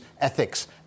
Ethics